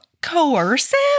coercive